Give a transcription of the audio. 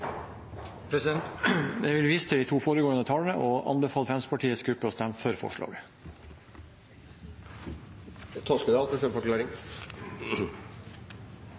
Jeg vil vise til de to foregående talere og anbefale Fremskrittspartiets gruppe å stemme for forslaget. Geir Sigbjørn Toskedal – til stemmeforklaring.